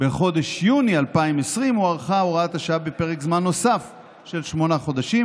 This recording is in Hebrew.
בחודש יוני 2020 הוארכה הוראת השעה בפרק זמן נוסף של שמונה חודשים,